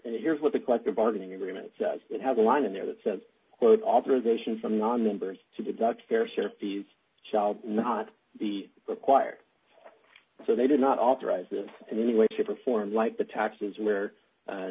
and here's what the collective bargaining agreement says it has a line in there that says quote authorization from nonmembers to deduct fair share fees shall not be required so they did not authorize this in any way shape or form like the taxes where